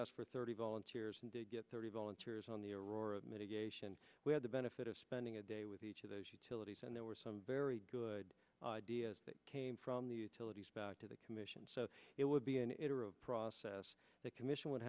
asked for thirty volunteers and to get thirty volunteers on the order of mitigation we had the benefit of spending a day with each of those utilities and there were some very good ideas that came from the utilities back to the commission so it would be an interim process the commission would